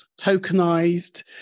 tokenized